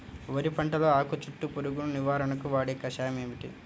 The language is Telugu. వరి పంటలో ఆకు చుట్టూ పురుగును నివారణకు వాడే కషాయం ఏమిటి?